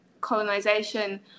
colonization